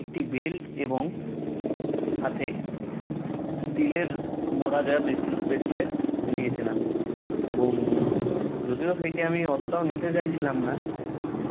একটি বেল্ট এবং সাথে স্টিলের মোড়া দেওয়া ব্রেসলেট নিয়েছিলাম এবং যদিও সেইটে আমি অতটাও নিতে চাইছিলাম না